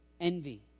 envy